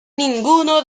ninguno